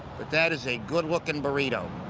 but that is a good-looking burrito.